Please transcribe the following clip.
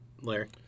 Larry